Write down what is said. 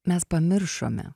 mes pamiršome